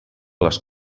les